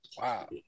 Wow